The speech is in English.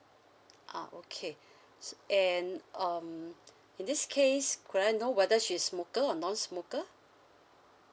ah okay s~ and um in this case could I know whether she's smoker or non-smoker